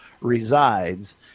resides